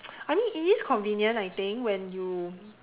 I mean it is convenient I think when you